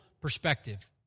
perspective